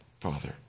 Father